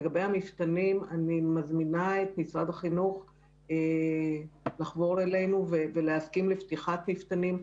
אני מזמינה את משרד החינוך לחבור אלינו ולהסכים לפתיחת מפתנים.